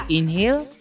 Inhale